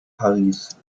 paris